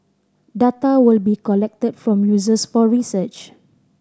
data will be collected from users for research